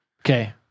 Okay